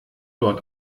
dort